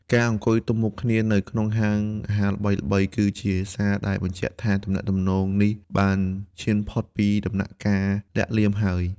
ការអង្គុយទល់មុខគ្នានៅក្នុងហាងអាហារល្បីៗ គឺជាសារដែលបញ្ជាក់ថាទំនាក់ទំនងនេះបានឈានផុតពីដំណាក់កាលលាក់លៀមហើយ។